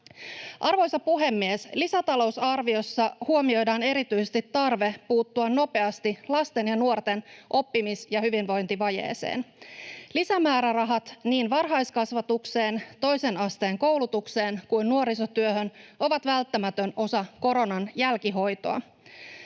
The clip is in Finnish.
Arvoisa puhemies! Lisätalousarviossa huomioidaan erityisesti tarve puuttua nopeasti lasten ja nuorten oppimis- ja hyvinvointivajeeseen. Lisämäärärahat niin varhaiskasvatukseen, toisen asteen koulutukseen kuin nuorisotyöhön ovat välttämätön osa koronan jälkihoitoa.